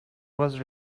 was